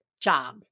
job